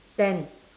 ten